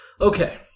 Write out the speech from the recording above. Okay